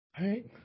Right